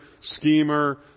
schemer